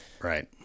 right